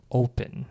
open